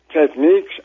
techniques